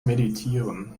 meditieren